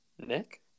Nick